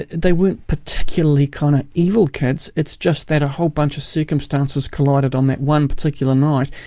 they weren't particularly kind of evil kids, it's just that a whole bunch of circumstances collided on that one particular night.